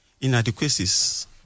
inadequacies